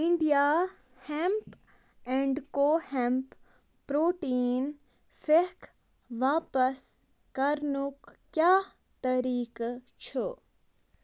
India hemp and کو hemp protein پھٮ۪کھ واپس کرنُک کیٛاہ طریٖقہٕ چھُ